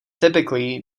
typically